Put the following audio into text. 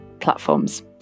platforms